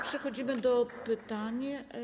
Przechodzimy do pytań.